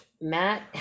Matt